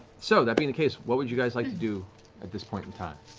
so, that being the case, what would you guys like to do at this point in time?